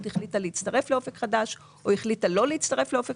החליטה להצטרף לאופק חדש או החליטה לא להצטרף לאופק